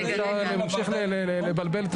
או שאפשר להמשיך לבלבל?